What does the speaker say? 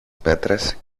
πέτρες